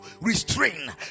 restrain